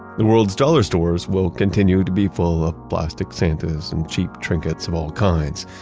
the world's dollar stores will continue to be full of plastic santas and cheap trinkets of all kinds.